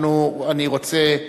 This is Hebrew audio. אני רוצה,